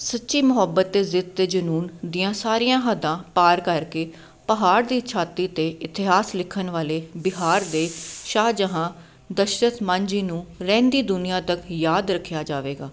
ਸੁੱਚੀ ਮੁਹੱਬਤ ਅਤੇ ਜ਼ਿੱਦ ਅਤੇ ਜਨੂੰਨ ਦੀਆਂ ਸਾਰੀਆਂ ਹੱਦਾਂ ਪਾਰ ਕਰਕੇ ਪਹਾੜ ਦੀ ਛਾਤੀ 'ਤੇ ਇਤਿਹਾਸ ਲਿਖਣ ਵਾਲੇ ਬਿਹਾਰ ਦੇ ਸ਼ਾਹ ਜਹਾਂ ਦਸ਼ਰਤ ਮਾਂਜੀ ਨੂੰ ਰਹਿੰਦੀ ਦੁਨੀਆ ਤੱਕ ਯਾਦ ਰੱਖਿਆ ਜਾਵੇਗਾ